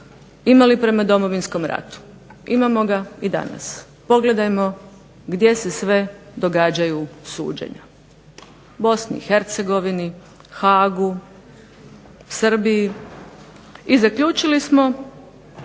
imali prema Domovinskom ratu. Imamo ga i danas, pogledajmo gdje se sve događaju suđenja, u Bosni i Hercegovini, Haagu, Srbiji, i zaključili smo